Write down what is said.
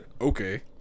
Okay